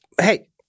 hey